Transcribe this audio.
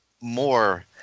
more